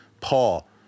Paul